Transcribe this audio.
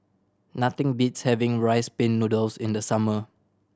nothing beats having Rice Pin Noodles in the summer